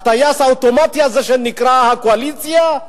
הטייס האוטומטי הזה שנקרא קואליציה,